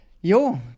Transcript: Yo